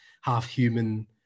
half-human